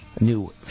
new